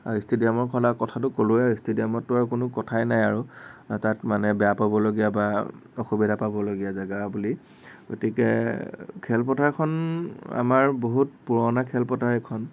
আৰু ইষ্টেডিয়ামৰ কলা কথাটো ক'লোৱে ইষ্টেডিয়ামততো আৰু কোনো কথাই নাই আৰু তাত মানে বেয়া পাবলগীয়া বা অসুবিধা পাবলগীয়া জেগা বুলি গতিকে খেলপথাৰখন আমাৰ বহুত পুৰণা খেলপথাৰ এইখন